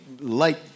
light